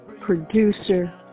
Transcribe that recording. producer